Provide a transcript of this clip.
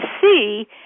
see